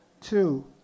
two